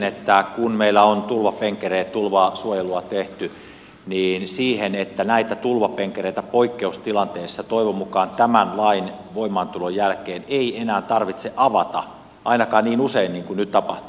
elikkä kun meillä on tulvapenkereet ja tulvasuojelua tehty niin näitä tulvapenkereitä poikkeustilanteessa toivon mukaan tämän lain voimaantulon jälkeen ei enää tarvitse avata ainakaan niin usein kuin nyt tapahtuu